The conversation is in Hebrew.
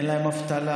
אין להם אבטלה.